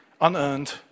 Unearned